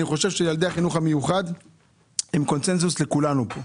אני חושב שילדי החינוך המיוחד הם קונצנזוס לכולנו כאן.